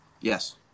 yes